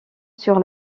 sur